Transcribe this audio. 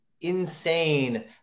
insane